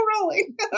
rolling